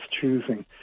choosing